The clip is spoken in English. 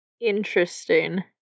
Interesting